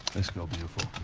let's go, beautiful.